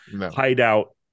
hideout